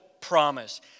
promise